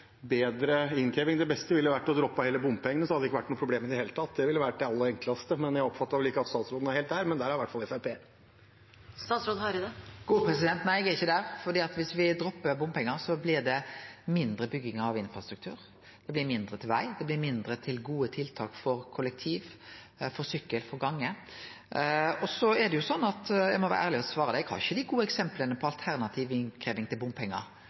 bedre innkreving. Det beste ville vært å droppe bompengene, så hadde det ikke vært noe problem i det hele tatt. Det ville vært det aller enkleste, men jeg oppfattet vel ikke at statsråden er helt der. Men der er i hvert fall Fremskrittspartiet. Nei, eg er ikkje der, for dersom me droppar bompengar, blir det mindre bygging av infrastruktur, det blir mindre til veg, det blir mindre til gode tiltak for kollektiv, for sykkel, for gange. Eg må vere ærleg og svare deg at